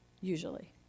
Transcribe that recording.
usually